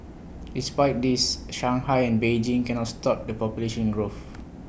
despite this Shanghai and Beijing cannot stop the population growth